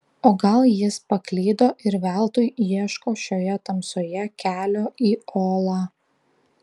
o gal jis paklydo ir veltui ieško šioje tamsoje kelio į olą